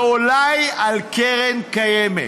ואולי על קרן קיימת.